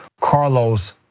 Carlos